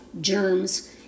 germs